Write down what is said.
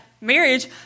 marriage